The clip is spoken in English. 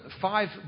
five